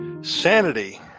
Sanity